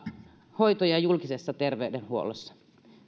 hoitoja julkisessa terveydenhuollossa